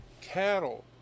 cattle